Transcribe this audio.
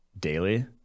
daily